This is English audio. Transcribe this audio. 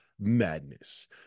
Madness